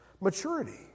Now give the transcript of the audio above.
maturity